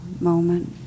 moment